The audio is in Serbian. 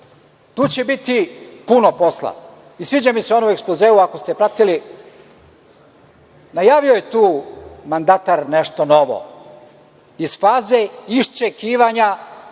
će biti puno posla i sviđa mi se ono u ekspozeu, ako ste pratili, najavljuje tu mandatar nešto novo. Iz faze iščekivanja